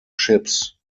ships